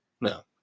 no